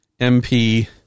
mp